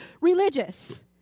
religious